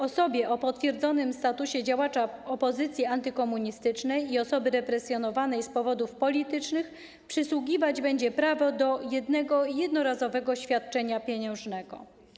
Osobie o potwierdzonym statusie działacza opozycji antykomunistycznej i osoby represjonowanej z powodów politycznych przysługiwać będzie prawo do jednorazowego świadczenia pieniężnego.